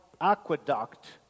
aqueduct